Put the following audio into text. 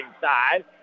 side